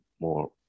more